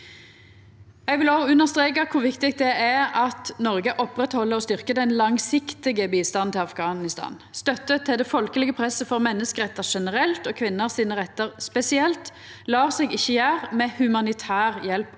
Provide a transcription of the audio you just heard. Eg vil òg understreka kor viktig det er at Noreg opprettheld og styrkjer den langsiktige bistanden til Afghanistan. Støtte til det folkelege presset for menneskerettar generelt og rettane til kvinner spesielt lèt seg ikkje gjera med humanitær hjelp åleine.